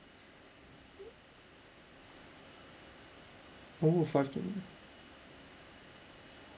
oh five twenty